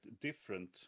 different